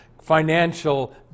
Financial